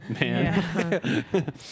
man